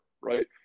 Right